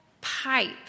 pipe